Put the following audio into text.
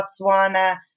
Botswana